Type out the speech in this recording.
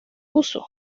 uso